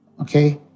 Okay